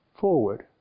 forward